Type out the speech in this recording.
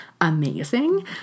amazing